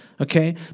okay